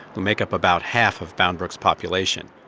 who make up about half of bound brook's population.